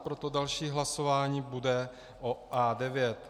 Proto další hlasování bude o A9.